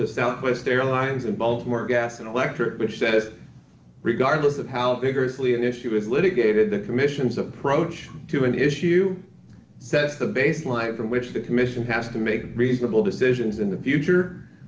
is southwest airlines in baltimore gas and electric which says regardless of how vigorously an issue is litigated the commission's approach to an issue sets the baseline from which the commission has to make reasonable decisions in the future